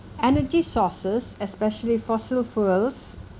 energy sources especially fossil fuels